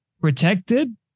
protected